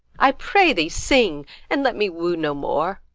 i pray thee, sing, and let me woo no more.